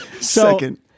Second